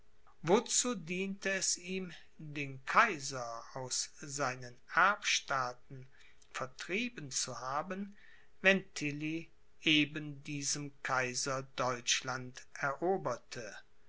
wozu diente es ihm den kaiser aus seinen erbstaaten vertrieben zu haben wenn tilly eben diesem kaiser deutschland eroberte